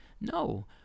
No